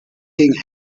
ging